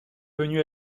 venus